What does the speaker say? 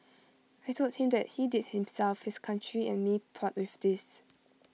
I Told him that he did himself his country and me proud with this